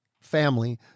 Family